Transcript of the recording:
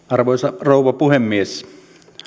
arvoisa rouva puhemies